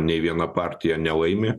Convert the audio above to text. nė viena partija nelaimi